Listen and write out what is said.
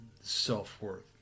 self-worth